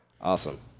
Awesome